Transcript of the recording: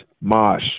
Mosh